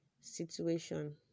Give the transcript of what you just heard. situation